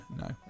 No